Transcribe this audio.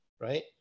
right